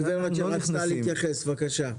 אני היועצת המשפטית של איגוד המוסכים.